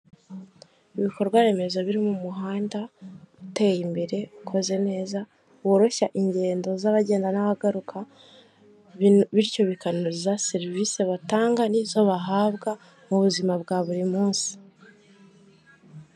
Ibikorwa remezo biri mu muhanda uteye imbere ukoze neza woroshya ingendo z'abagenda n'abagaruka bityo bikanoza serivisi batanga n'izo bahabwa mu buzima bwa buri munsi.